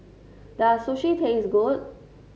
does Sushi taste good